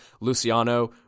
Luciano